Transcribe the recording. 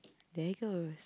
there goes